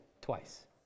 twice